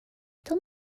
tell